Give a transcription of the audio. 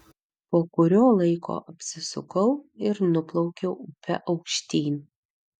po kurio laiko apsisukau ir nuplaukiau upe aukštyn